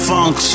Funk